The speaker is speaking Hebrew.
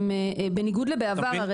בניגוד לבעבר.